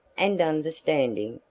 and understanding,